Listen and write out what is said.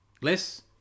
Less